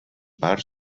part